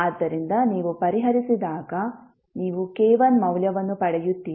ಆದ್ದರಿಂದ ನೀವು ಪರಿಹರಿಸಿದಾಗ ನೀವು k1 ಮೌಲ್ಯವನ್ನು ಪಡೆಯುತ್ತೀರಿ